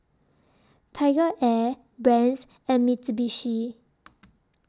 Tiger Air Brand's and Mitsubishi